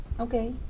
okay